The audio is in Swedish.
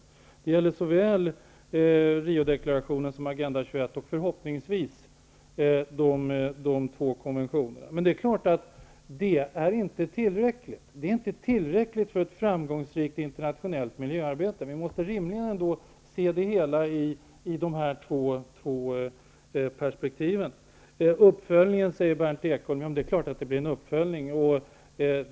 Det gäller såväl Rio-deklarationen som Agenda 21 och förhoppningsvis de två konventionerna.. Men det är klart att det inte är tillräckligt för ett framgångsrikt internationellt miljöarbete. Vi måste rimligen se det hela från dessa två perspektiv. Berndt Ekholm talar om uppföljning. Det är klart att det blir en uppföljning.